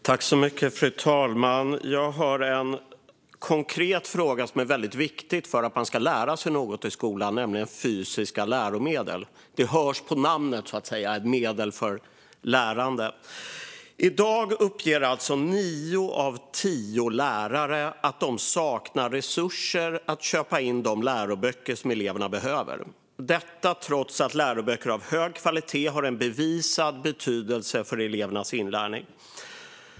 Fru talman! Jag har en konkret fråga om något som är väldigt viktigt för att man ska lära sig något i skolan, nämligen fysiska läromedel. Det hörs så att säga på namnet att det är ett medel för lärande. I dag uppger nio av tio lärare att de saknar resurser att köpa in de läroböcker som eleverna behöver, och detta trots att läroböcker av hög kvalitet har bevisad betydelse för elevernas inlärning.